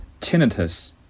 tinnitus